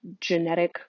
genetic